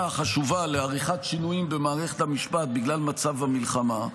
החשובה לעריכת שינויים במערכת המשפט בגלל מצב המלחמה.